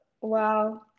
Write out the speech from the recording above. Wow